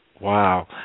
Wow